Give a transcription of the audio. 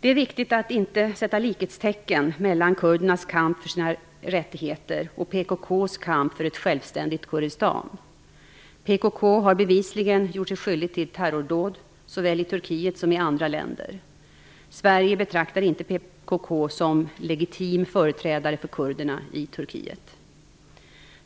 Det är viktigt att inte sätta likhetstecken mellan kurdernas kamp för sina rättigheter och PKK:s kamp för ett självständigt Kurdistan. PKK har bevisligen gjort sig skyldigt till terrordåd, såväl i Turkiet som i andra länder. Sverige betraktar inte